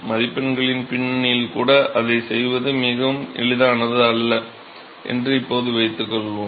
மதிப்பெண்களின் பின்னணியில் கூட அதைச் செய்வது மிகவும் எளிதானது அல்ல என்று இப்போது வைத்துக்கொள்வோம்